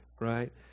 right